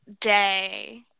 day